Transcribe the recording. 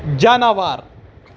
جاناوار